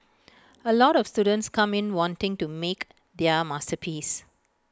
A lot of students come in wanting to make their masterpiece